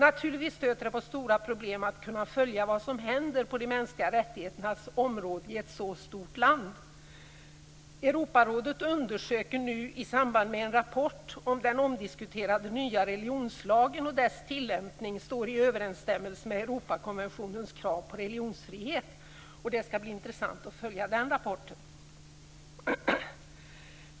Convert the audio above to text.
Naturligtvis stöter det på stora problem att kunna följa vad som händer på de mänskliga rättigheternas område i ett så stort land. Europarådet undersöker nu i samband med en rapport om den omdiskuterade nya religionslagen och dess tillämpning står i överensstämmelse med Europakonventionens krav på religionsfrihet. Det skall bli intressant att följa den rapporten.